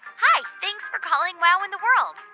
hi, thanks for calling wow in the world.